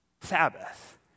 Sabbath